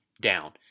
down